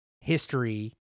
history